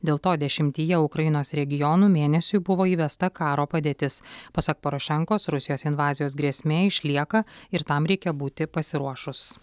dėl to dešimtyje ukrainos regionų mėnesiui buvo įvesta karo padėtis pasak porošenkos rusijos invazijos grėsmė išlieka ir tam reikia būti pasiruošus